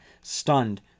stunned